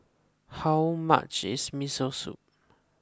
how much is Miso Soup